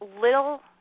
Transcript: little